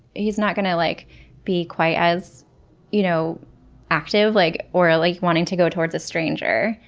he's not gonna like be quite as you know active like or like wanting to go towards a stranger.